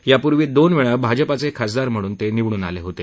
यापूर्वी दोन वेळा भाजपचे खासदार म्हणून निवडून आले होते